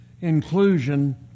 inclusion